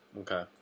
Okay